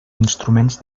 instruments